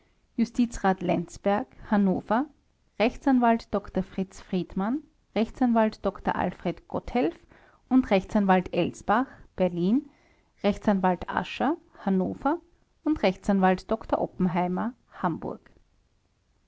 justizrat lenzberg hannover rechtsanwalt dr fritz friedmann rechtsanwalt dr alfred gotthelf und rechtsanwalt elsbach berlin rechtsanwalt ascher hannover und rechtsanwalt dr oppenheimer